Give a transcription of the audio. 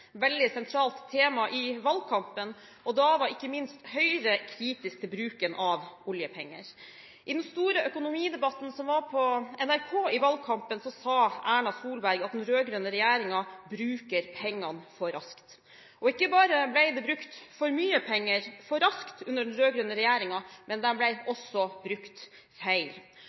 veldig sentralt tema i valgkampen, og da var ikke minst Høyre kritisk til bruken av oljepenger. I den store økonomidebatten på NRK i valgkampen sa Erna Solberg at den rød-grønne regjeringen bruker pengene for raskt. Ikke bare ble det brukt for mye penger for raskt under den rød-grønne regjeringen, men pengene ble også brukt feil.